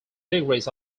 degrees